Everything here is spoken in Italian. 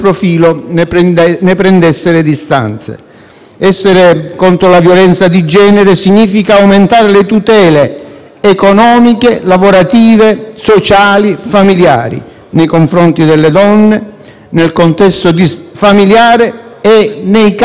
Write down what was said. Essere contro la violenza di genere significa aumentare le tutele economiche, lavorative, sociali e familiari nei confronti delle donne, nel contesto familiare e anche nei casi di separazione e di divorzio.